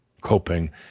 Coping